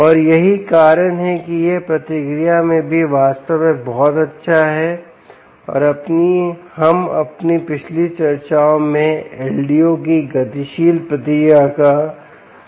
और यही कारण है कि यह प्रतिक्रिया में भी वास्तव में बहुत अच्छा है और हम अपनी पिछली चर्चाओं में LDO की गतिशील प्रतिक्रिया का वर्णन करते हैं